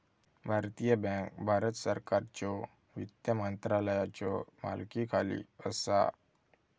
भारतीय बँक भारत सरकारच्यो वित्त मंत्रालयाच्यो मालकीखाली असा